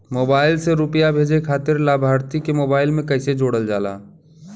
Mobile से रूपया भेजे खातिर लाभार्थी के मोबाइल मे कईसे जोड़ल जाला?